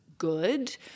good